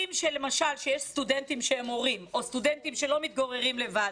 כשיש סטודנטים שהם מורים או סטודנטים שלא מתגוררים לבד,